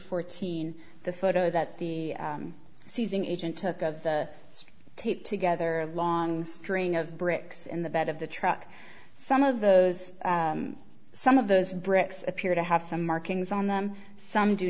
fourteen the photo that the seizing agent took of the tape together a long string of bricks in the bed of the truck some of those some of those bricks appear to have some markings on them some do